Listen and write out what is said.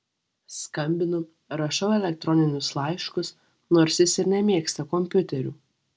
skambinu rašau elektroninius laiškus nors jis ir nemėgsta kompiuterių